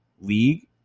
league